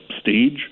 stage